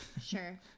Sure